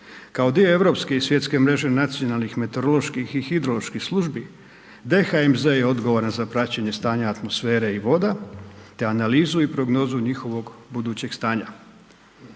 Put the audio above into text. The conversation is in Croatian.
Kao dio europske i svjetske mreže nacionalnih meteoroloških i hidroloških službi, DHMZ je odgovoran za praćenje stanja atmosfere i voda te analizu i prognozu njihovog budućeg stanja.